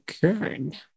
good